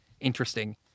interesting